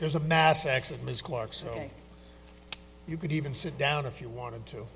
there's a mass exodus clark so you could even sit down if you